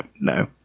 no